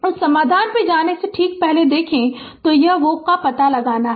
उस समाधान पर जाने से ठीक पहले देखें तो यह वोक का पता लगाना है